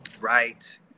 right